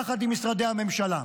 יחד עם משרדי הממשלה.